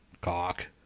cock